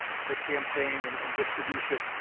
the campaign and and distribution,